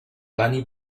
bunny